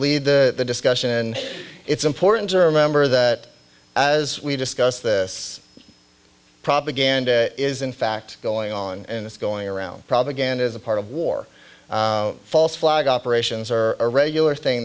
lead the discussion it's important to remember that as we discuss this propaganda is in fact going on and it's going around propaganda is a part of war false flag operations are a regular thing